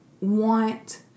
want